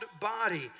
body